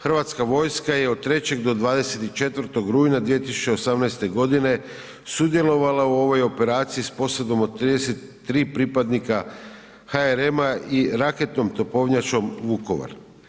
Hrvatska vojska je od 3. do 24. rujna 2018.g. sudjelovala u ovoj operaciji s posadom od 33 pripadnika HMR-a i raketnom topovnjačom Vukovar.